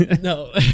No